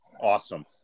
awesome